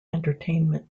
entertainment